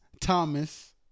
Thomas